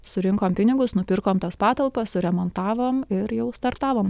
surinkom pinigus nupirkom tas patalpas suremontavom ir jau startavom